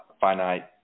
finite